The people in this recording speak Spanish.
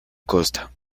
costa